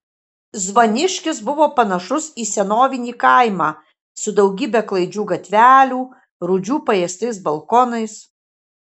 zvaniškis buvo panašus į senovinį kaimą su daugybe klaidžių gatvelių rūdžių paėstais balkonais